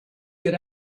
get